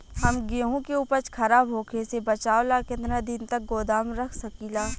हम गेहूं के उपज खराब होखे से बचाव ला केतना दिन तक गोदाम रख सकी ला?